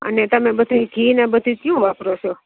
અને તમે બધુંય ઘી અને બધુંય કયું વાપરો છો